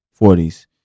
40s